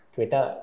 Twitter